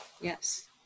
Yes